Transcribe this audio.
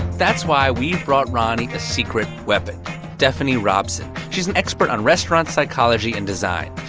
that's why we've brought roni a secret weapon stephani robson. she's an expert on restaurant psychology and design.